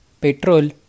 petrol